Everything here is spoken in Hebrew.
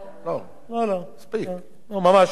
לא, ממש לא, תיכף תראה שלא.